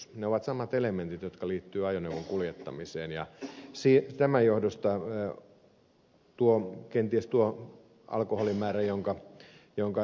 ne ovat samat elementit jotka liittyvät ajoneuvon kuljettamiseen ja tämän johdosta kenties tuo alkoholimäärä jonka ed